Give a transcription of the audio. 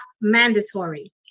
mandatory